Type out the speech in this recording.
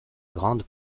grande